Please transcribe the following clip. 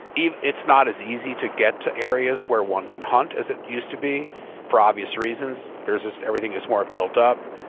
it's not as easy to get to areas where one can hunt as it used to be for obvious reasons. there's just, everything is more built up,